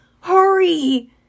Hurry